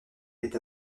est